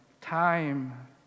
time